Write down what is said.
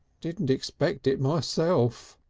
didn't expect it myself.